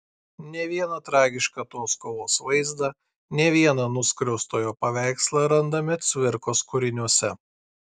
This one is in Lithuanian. ne vieną tragišką tos kovos vaizdą ne vieną nuskriaustojo paveikslą randame cvirkos kūriniuose